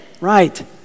Right